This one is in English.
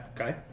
Okay